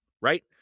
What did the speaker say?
right